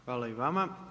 Hvala i vama.